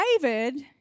David